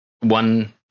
one